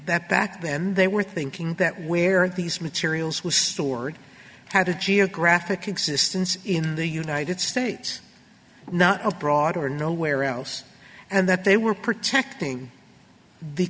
that back then they were thinking that where these materials was stored had a geographic existence in the united states not a broader nowhere else and that they were protecting the